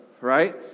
right